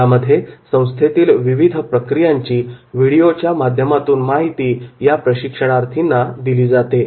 यामध्ये संस्थेतील विविध प्रक्रियांची व्हिडिओच्या माध्यमातून माहिती प्रशिक्षणार्थींना दिली जाते